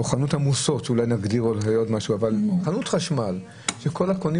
אבל לדוגמה זה לא כך בחנות חשמל שמספר הקונים